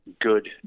good